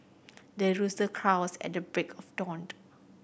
the rooster crows at the break of dawned